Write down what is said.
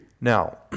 Now